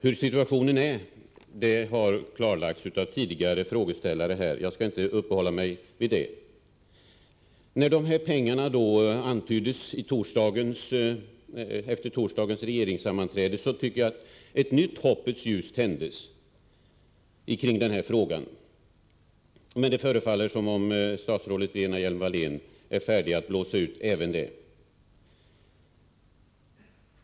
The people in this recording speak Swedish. Hur situationen är i dag har beskrivits av tidigare talare, och jag skall därför inte uppehålla mig vid det. Men i och med att en antydan om de här särskilt anvisade medlen gjordes vid torsdagens regeringssammanträde tyckte jag att ett nytt hoppets ljus tändes kring den här frågan, men det förefaller som om statsrådet Lena Hjelm-Wallén är beredd att blåsa ut även det.